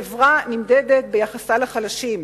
חברה נמדדת ביחסה לחלשים,